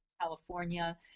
California